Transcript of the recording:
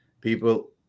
people